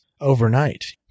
overnight